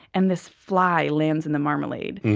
and this fly lands in the marmalade.